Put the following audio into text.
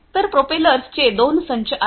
तर प्रोपेलर्सचे दोन संच आहेत